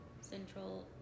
central